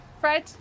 Fred